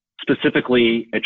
specifically